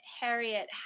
Harriet